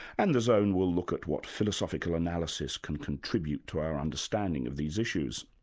and the zone will look at what philosophical analysis can contribute to our understanding of these issues.